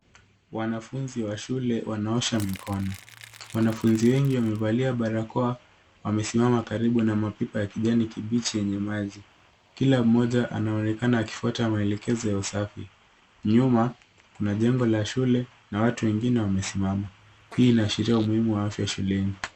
Wanafunzi wa shule wanaosha mikono. Wanafunzi wengi wamevalia barakoa wamesimama karibu na mapipa ya kijani kibichi yenye maji. Kila mmoja anaonekana anafuata maelekezo ya usafi. Nyuma, kuna jengo la shule na watu wengine wamesimama. Hii inaashiria umuhimu wa afya shuleni.